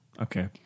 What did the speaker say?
okay